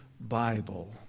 Bible